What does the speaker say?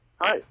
Hi